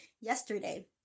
yesterday